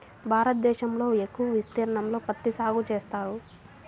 భారతదేశంలో ఎక్కువ విస్తీర్ణంలో పత్తి సాగు చేస్తారు